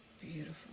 Beautiful